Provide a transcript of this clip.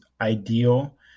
ideal